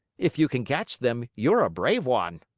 if you can catch them, you're a brave one!